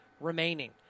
Remaining